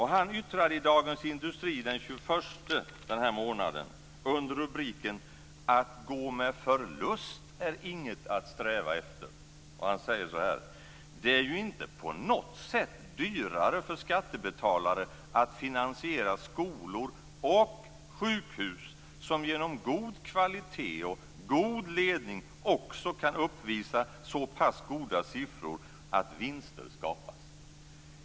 Han yttrade i Dagens Industri den 21 den här månaden under rubriken "Att gå med förlust är inget att sträva efter" följande: "Det blir ju inte på något sätt dyrare för skattebetalarna att finansiera skolor och sjukhus som genom god kvalitet och god ledning också kan uppvisa så pass goda siffror att vinster skapas."